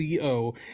co